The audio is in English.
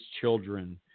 children